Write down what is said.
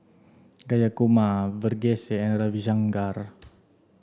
Jayakumar Verghese and Ravi Shankar